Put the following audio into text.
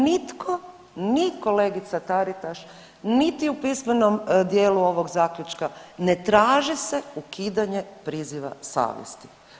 Nitko, ni kolegica Taritaš, niti u pismenom dijelu ovog zaključka ne traži se ukidanje priziva savjesti.